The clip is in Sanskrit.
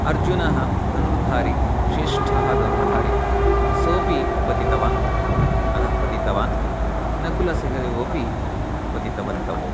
अर्जुनः धनुर्धारी श्रेष्ठः धनुर्धारी सोपि पतितवान् अधः पतितवान् नकुलसहदेवौ अपि पतितवन्तौ